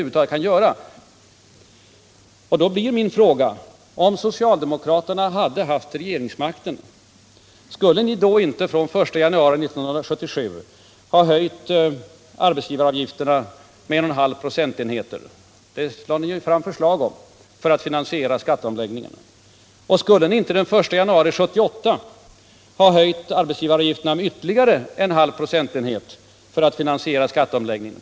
Då blir min fråga: Om socialdemokraterna hade haft regeringsmakten, skulle ni då inte från den 1 januari 1977 ha höjt arbetsgivaragifterna med 1,5 procentenheter — det lade ni ju fram förslag om — för att finansiera skatteomläggningen? Och skulle ni inte den 1 januari 1978 ha höjt arbetsgivaravgifterna med ytterligare 0,5 procentenhet för att finansiera den nya skatteomläggningen?